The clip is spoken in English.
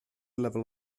level